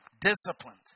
disciplined